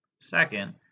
Second